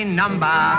number